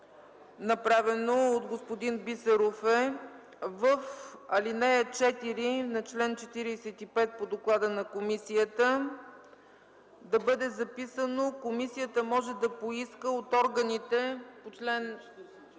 направено от господин Бисеров: в ал. 4 на чл. 45 по доклада на комисията да бъде записано „комисията може да поиска от органите по чл.